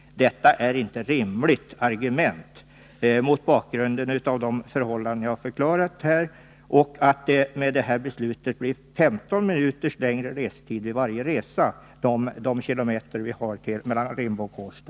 Men detta är inte något rimligt argument mot bakgrund av de förhållanden jag förklarat här och av att restiden genom detta beslut blir 15 minuter längre på de få kilometrarna mellan Rimbo och Kårsta.